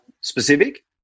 specific